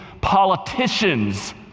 politicians